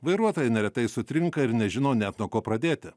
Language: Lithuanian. vairuotojai neretai sutrinka ir nežino net nuo ko pradėti